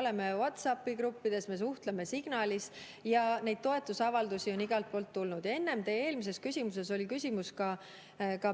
oleme WhatsAppi gruppides, me suhtleme Signalis, ja neid toetusavaldusi on tulnud igalt poolt. Teie eelmises küsimuses oli küsimus ka